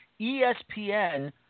ESPN